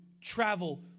travel